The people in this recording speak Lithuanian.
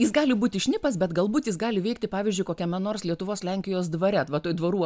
jis gali būti šnipas bet galbūt jis gali veikti pavyzdžiui kokiame nors lietuvos lenkijos dvare va toj dvarų